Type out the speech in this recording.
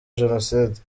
jenoside